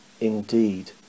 indeed